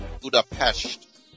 Budapest